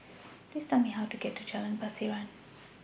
Please Tell Me How to get to Jalan Pasiran